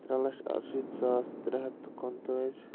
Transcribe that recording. ترٛےٚ لَچھ اَرشیٖتھ ساس ترٛےٚ ہَتھ تہٕ کُنہٕ تٲج